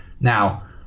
Now